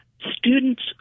students